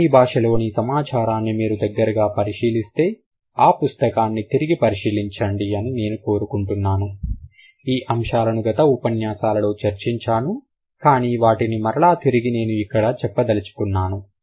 Germany భాష లోని సమాచారాన్ని మీరు దగ్గరగా పరిశీలిస్తే ఆ పుస్తకాన్ని తిరిగి పరిశీలించండి నేను అనుకుంటున్నాను ఆ అంశాలను గత ఉపన్యాసాలలో చర్చించాను కానీ వాటిని మరలా తిరిగి నేను ఇక్కడ చెప్పదలుచుకున్నాను